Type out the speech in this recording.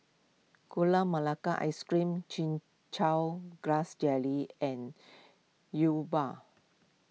Gula Melaka Ice Cream Chin Chow Grass Jelly and Yi Bua